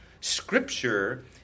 Scripture